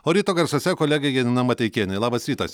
o ryto garsuose kolegė janina mateikienė labas rytas